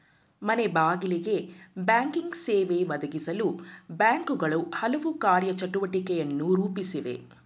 ಮನೆಬಾಗಿಲಿಗೆ ಬ್ಯಾಂಕಿಂಗ್ ಸೇವೆ ಒದಗಿಸಲು ಬ್ಯಾಂಕ್ಗಳು ಹಲವು ಕಾರ್ಯ ಚಟುವಟಿಕೆಯನ್ನು ರೂಪಿಸಿವೆ